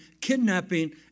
kidnapping